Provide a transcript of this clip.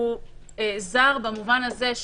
זר במובן הזה,